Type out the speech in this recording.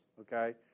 Okay